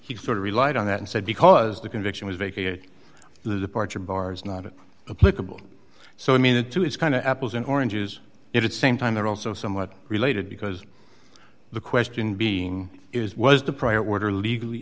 he sort of relied on that and said because the conviction was vacated the departure bars not a political so i mean it too is kind of apples and oranges if it's same time they're also somewhat related because the question being is was the prior order legally